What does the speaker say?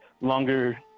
longer